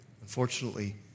Unfortunately